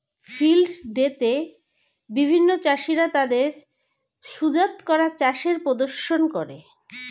field day তে বিভিন্ন চাষীরা তাদের সুজাত করা চাষের প্রদর্শন করে